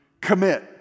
Commit